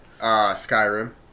Skyrim